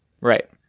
Right